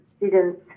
students